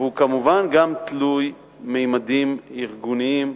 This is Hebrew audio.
והוא כמובן גם תלוי ממדים ארגוניים